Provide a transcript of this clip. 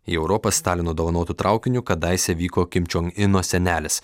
į europą stalino dovanotu traukiniu kadaise vyko kim čion ino senelis